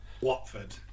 Watford